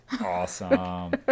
Awesome